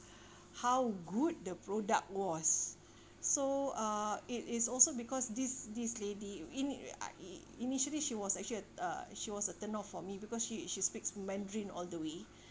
how good the product was so uh it is also because this this lady in I initially she was actually uh she was a turn off for me because she she speaks mandarin all the way